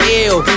ill